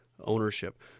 ownership